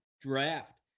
draft